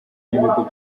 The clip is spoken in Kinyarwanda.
n’ibigo